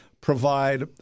provide